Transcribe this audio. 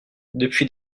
depuis